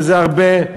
וזה הרבה,